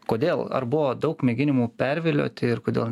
kodėl ar buvo daug mėginimų pervilioti ir kodėl